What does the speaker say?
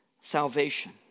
salvation